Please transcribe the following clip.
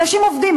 אנשים עובדים,